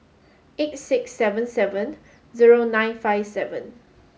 eight six seven seven zero nine five seven